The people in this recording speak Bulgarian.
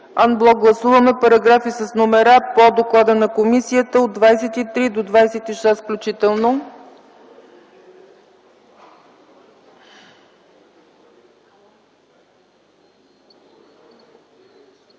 Ан блок гласуваме параграфи с номера по доклада на комисията от 23 до 26 включително.